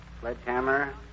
sledgehammer